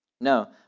No